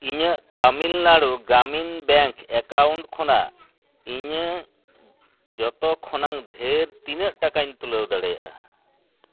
ᱤᱧᱟᱹᱜ Tamil Nadu Gramin bank account ᱠᱷᱚᱱᱟᱜ ᱤᱧᱟᱹᱜ ᱡᱚᱛᱚ ᱠᱷᱚᱱᱟᱜ ᱰᱷᱮᱨ ᱛᱤᱱᱟᱹᱜ ᱴᱟᱠᱟᱧ ᱛᱩᱞᱟᱹᱣ ᱫᱟᱲᱮᱭᱟᱜᱼᱟ